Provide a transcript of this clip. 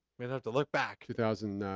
we'd have to look back. two thousand.